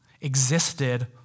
existed